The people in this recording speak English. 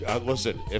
listen